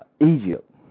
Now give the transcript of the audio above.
Egypt